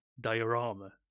diorama